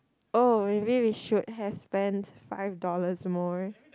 oh maybe we should have spent five dollars more